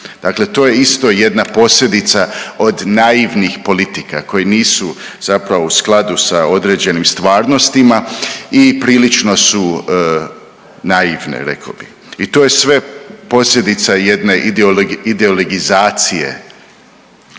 Dakle, to je isto jedna posljedica od naivnih politika koji nisu zapravo u skladu sa određenim stvarnostima i prilično su naivne rekao bi. I to je sve posljedica jedne ideologizacije